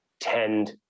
tend